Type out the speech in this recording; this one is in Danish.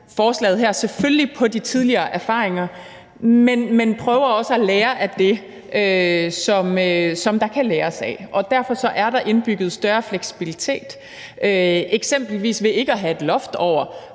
forslaget selvfølgelig på de tidligere erfaringer, og vi har også prøvet at lære af det, som der kan læres af, og derfor er der indbygget større fleksibilitet i forslaget, eksempelvis ved ikke at have et loft over,